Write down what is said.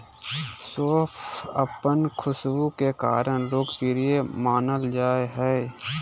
सौंफ अपन खुशबू के कारण लोकप्रिय मानल जा हइ